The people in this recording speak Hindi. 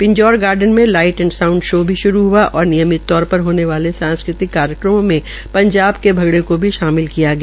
पिजौंर गार्डन में लाईट एंड साउंड शो भी श्रू हआ और नियमित तौर पर होने वाले सांस्कृतिक कार्यक्रमों में पंजाब के भंगड़े को शामिल किया गया